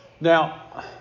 Now